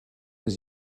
leur